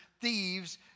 thieves